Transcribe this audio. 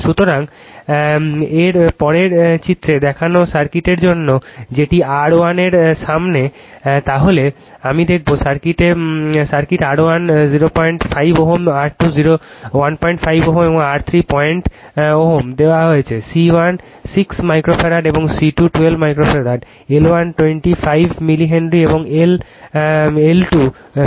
সুতরাং এর পরেরটি চিত্রে দেখানো সার্কিটের জন্য যেটি R1 er সমান তাহলে আমি দেখাব সার্কিট R 1 05 Ω R 2 15 Ω এবং R 3 পয়েন্ট Ω দেওয়া হয়েছে C 1 6 মাইক্রোফ্যারাড এবং C 2 12 microfarad L 1 25 millihenry এবং L 2 15 মিলি হেনরি